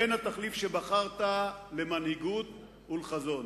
הם התחליף שבחרת למנהיגות ולחזון.